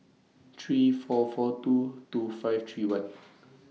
three four four two two five three one